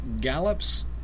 gallops